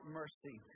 mercy